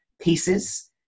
pieces